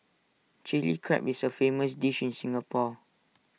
Chilli Crab is A famous dish in Singapore